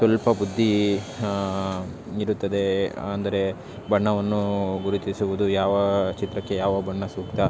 ಸ್ವಲ್ಪ ಬುದ್ದಿ ಇರುತ್ತದೆ ಅಂದರೆ ಬಣ್ಣವನ್ನು ಗುರುತಿಸುವುದು ಯಾವ ಚಿತ್ರಕ್ಕೆ ಯಾವ ಬಣ್ಣ ಸೂಕ್ತ